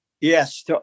Yes